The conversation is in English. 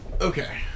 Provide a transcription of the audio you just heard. Okay